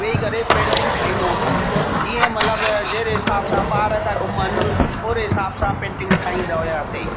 वेही करे पेंटिंग ठाहींदो होमि जीअं मतिलबु जहिड़े हिसाब सां ॿार था घुमनि ओड़े हिसाब सां पेंटिंग ठाहींदा हुयासीं